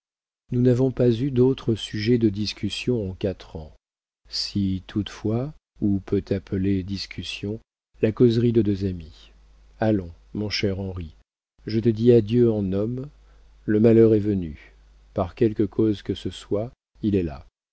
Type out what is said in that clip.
nous n'avons pas eu d'autre sujet de discussion en quatre ans si toutefois on peut appeler discussion la causerie de deux amis allons mon cher henri je te dis adieu en homme le malheur est venu par quelque cause que ce soit il est là